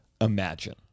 imagine